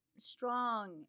strong